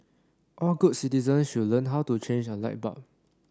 all good citizens should learn how to change a light bulb